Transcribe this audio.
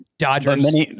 Dodgers